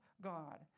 God